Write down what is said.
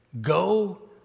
go